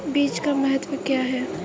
बीज का महत्व क्या है?